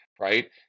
right